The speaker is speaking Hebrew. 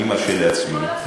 אני מרשה לעצמי,